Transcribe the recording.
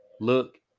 look